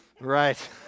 Right